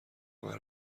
همه